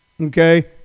Okay